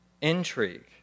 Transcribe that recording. intrigue